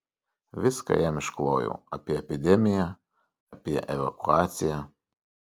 viską jam išklojau apie epidemiją apie evakuaciją